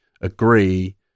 agree